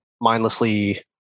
mindlessly